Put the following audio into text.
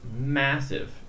massive